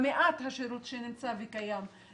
במעט השירות שנמצא וקיים.